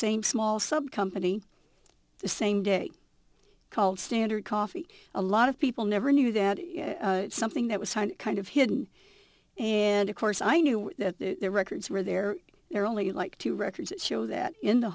same small sub company the same day called standard coffee a lot of people never knew that something that was kind of hidden and of course i knew that the records were there there only like two records that show that in the